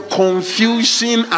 confusion